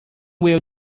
will